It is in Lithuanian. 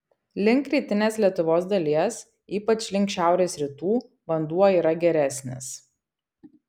link rytinės lietuvos dalies ypač link šiaurės rytų vanduo yra geresnis